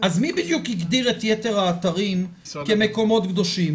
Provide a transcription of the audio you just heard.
מי בדיוק הגדיר את יתר האתרים כמקומות קדושים?